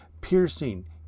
piercing